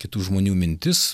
kitų žmonių mintis